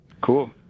Cool